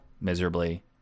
miserably